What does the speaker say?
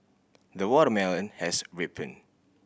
the watermelon has ripened